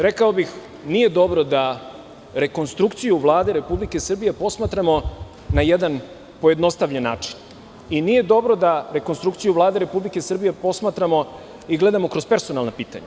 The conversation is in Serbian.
Rekao bih da nije dobro da rekonstrukciju Vlade Republike Srbije posmatramo na jedan pojednostavljen način i nije dobro da rekonstrukciju Vlade posmatramo i gledamo kroz personalna pitanja.